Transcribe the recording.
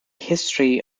history